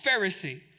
Pharisee